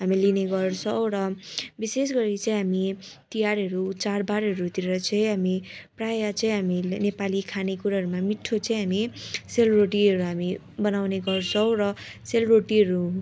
हामी लिने गर्छौँ र विशेष गरी चाहिँ हामी तिहारहरू चाड बाडहरूतिर चाहिँ हामी प्रायः चाहिँ हामी नेपाली खाने कुराहरूमा मिठो चाहिँ हामी सेलरोटीहरू हामी बनाउँने गर्छौँ र सेलरोटीहरू